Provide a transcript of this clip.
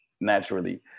naturally